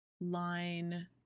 line